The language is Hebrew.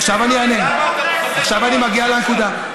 עכשיו אני אענה, עכשיו אני מגיע לנקודה.